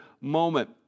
moment